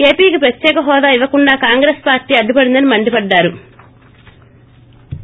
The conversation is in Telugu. ఏపీకి ప్రత్యేక హోదా ఇవ్వకుండా కాంగ్రెస్ పార్టీ అడ్డుపడిందని మండిపడ్డారు